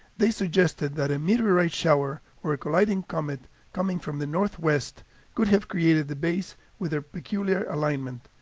they suggested that a meteorite shower or a colliding comet coming from the northwest could have created the bays with their peculiar alignment.